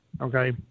Okay